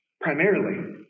primarily